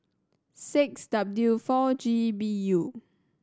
six W four G B U